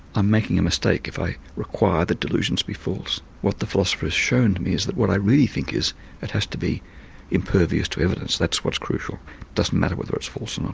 i'm making a mistake if i require that delusions be false. what the philosopher has shown to me is that what i really think is it has to be impervious to evidence. that's what's crucial, it doesn't matter whether it's false or not.